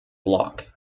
bloch